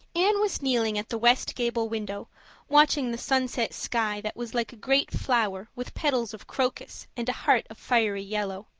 anne was kneeling at the west gable window watching the sunset sky that was like a great flower with petals of crocus and a heart of fiery yellow.